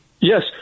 Yes